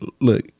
look